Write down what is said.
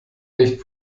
nicht